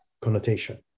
connotation